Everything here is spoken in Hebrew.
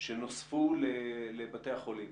אחרת צפוי לנו דיון דומה בעוד